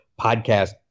podcast